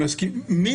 חבריי השרים,